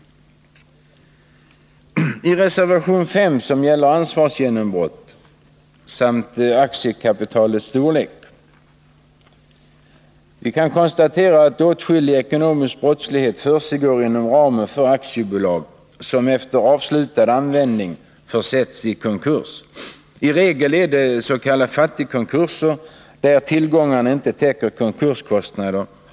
Reservation 5 gäller ansvarsgenombrott samt aktiekapitalets storlek. Åtskillig ekonomisk brottslighet försiggår inom ramen för aktiebolag som efter avslutad användning försätts i konkurs. I regel är det s.k. fattigkonkurser där tillgångarna inte täcker konkurskostnaderna.